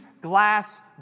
glass